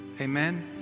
amen